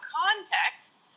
context